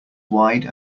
wide